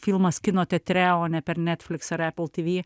filmas kino teatre o ne per netflix ar apple tv